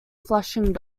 flushing